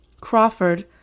Crawford